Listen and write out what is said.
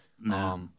No